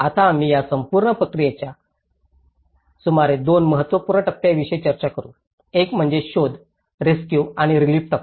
आता आम्ही या संपूर्ण प्रक्रियेच्या सुमारे 2 महत्त्वपूर्ण टप्प्यांविषयी चर्चा करू एक म्हणजे शोध रेस्क्यू आणि रिलीफ टप्पा